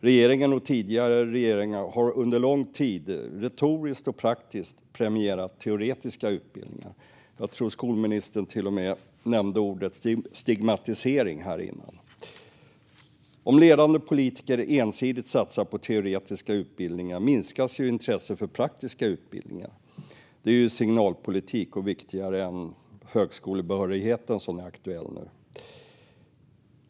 Regeringen och tidigare regeringar har under lång tid retoriskt och praktiskt premierat teoretiska utbildningar. Jag tror att skolministern till och med nämnde ordet stigmatisering här tidigare. Om ledande politiker ensidigt satsar på teoretiska utbildningar minskar intresset för praktiska utbildningar. Det är signalpolitik och viktigare än högskolebehörigheten, som är aktuell nu.